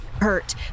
hurt